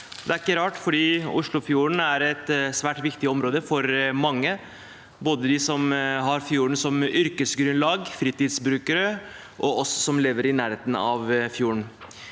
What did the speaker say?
nok en sak om Oslofjorden. Oslofjorden er et svært viktig område for mange, både de som har fjorden som yrkesgrunnlag, fritidsbrukere og oss som lever i nærheten av fjorden.